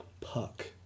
puck